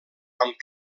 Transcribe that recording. amb